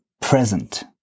present